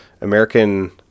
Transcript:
American